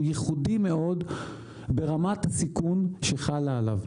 הוא ייחודי מאוד ברמת הסיכון שחלה עליו.